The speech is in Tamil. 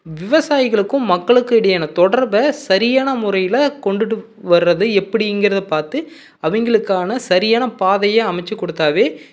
விவசாயிகளுக்கும் மக்களுக்கும் இடையேயான தொடர்பை சரியான முறையில் கொண்டுகிட்டு வர்றது எப்படிங்கிறதப் பார்த்து அவங்களுக்கான சரியான பாதையை அமைச்சிக் கொடுத்தாவே